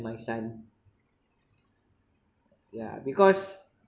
my son yeah because